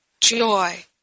joy